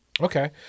Okay